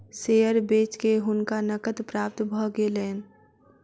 share बेच के हुनका नकद प्राप्त भ गेलैन